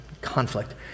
conflict